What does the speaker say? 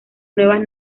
nuevas